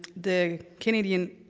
the canadian